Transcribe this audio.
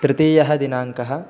तृतीयः दिनाङ्कः